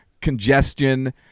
congestion